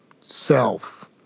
self